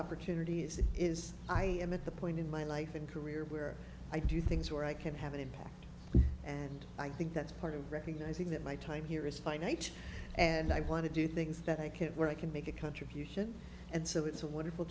opportunity is is i am at the point in my life and career where i do things where i can have an impact and i think that's part of recognising that my time here is finite and i want to do things that i could where i can make a contribution and so it's a wonderful